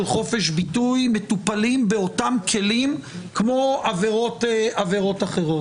חופש ביטוי מטופלים באותם כלים כמו עבירות אחרות.